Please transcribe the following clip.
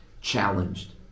challenged